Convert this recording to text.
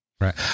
Right